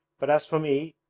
but as for me,